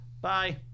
Bye